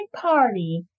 party